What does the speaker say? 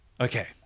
okay